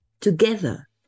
together